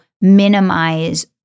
minimize